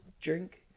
drink